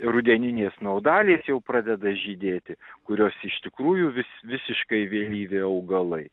rudeninės snaudalės jau pradeda žydėti kurios iš tikrųjų vis visiškai vėlyvi augalai